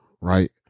right